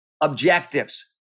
objectives